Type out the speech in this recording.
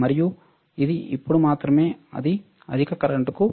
మరియు ఇది అప్పుడు మాత్రమే ఇది అధిక కరెంట్కు వెళుతుంది